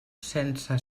sense